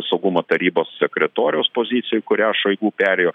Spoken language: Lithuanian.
saugumo tarybos sekretoriaus pozicijoj į kurią šoigu perėjo